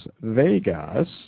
Vegas